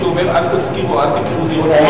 אומר: אל תשכיר או אל תמכור דירות ליהודים.